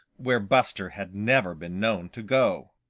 where buster had never been known to go.